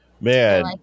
man